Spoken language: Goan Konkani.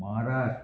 म्हाराष्ट्र